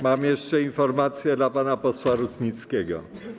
Mam jeszcze informację dla pana posła Rutnickiego.